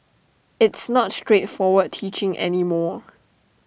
it's not straightforward teaching any more